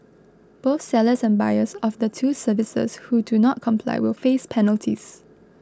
both sellers and buyers of the two services who do not comply will face penalties